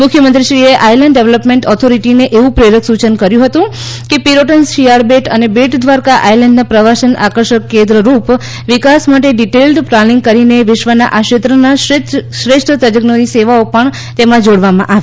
મુખ્યમંત્રીશ્રીએ island development ઓથોરિટીને એવું પ્રેરક સૂચન કર્થુ હતું કે પિરોટન શિયાળ બેટ અને બેટ દ્વારકા આયલેન્ડના પ્રવાસન આકર્ષણ કેન્દ્ર રૂપ વિકાસ માટે ડિટેઇલ્ડ પ્લાનીંગ કરીને વિશ્વના આ ક્ષેત્રના શ્રેષ્ઠ તજ્ઞોની સેવાઓ પણ તેમાં જોડવામાં આવે